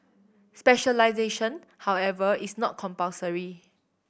specialisation however is not compulsory